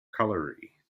colliery